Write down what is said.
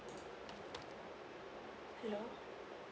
hello